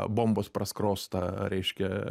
bombos praskrostą reiškia